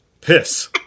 Piss